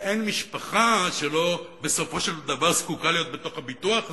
שאין משפחה שלא זקוקה בסופו של דבר להיות בתוך הביטוח הזה,